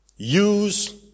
Use